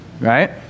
Right